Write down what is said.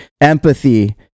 Empathy